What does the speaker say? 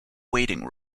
waiting